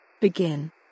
Begin